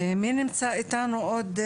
מי נמצא איתנו עוד?